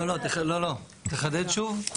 לא, לא, תחדד שוב.